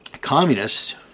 communists